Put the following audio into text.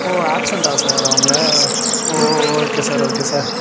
ஓ ஆப்சண்ட்டா சார் அவங்க ஓ ஓ ஓகே சார் ஓகே சார்